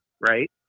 right